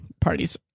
parties